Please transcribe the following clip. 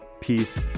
peace